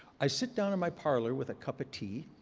i sit down in my parlor with a cup of tea,